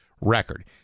record